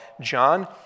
John